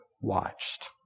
watched